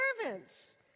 servants